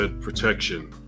protection